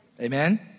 Amen